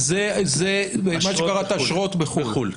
זה מה שקראת אשרות בחו"ל.